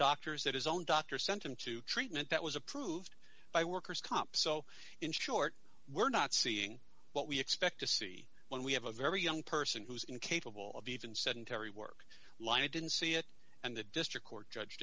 doctors that his own doctor sent him to treatment that was approved by workers comp so in short we're not seeing what we expect to see when we have a very young person who is incapable of even sedentary work lie i didn't see it and the district court judge